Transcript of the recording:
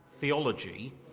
theology